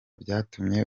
byatumye